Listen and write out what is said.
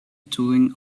doing